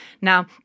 Now